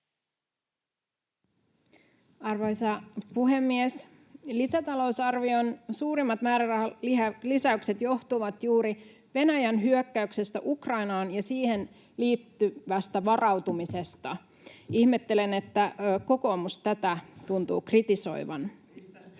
Arvoisa puhemies! Lisätalousarvion suurimmat määrärahalisäykset johtuvat juuri Venäjän hyökkäyksestä Ukrainaan ja siihen liittyvästä varautumisesta. Ihmettelen, että kokoomus tätä tuntuu kritisoivan. [Ben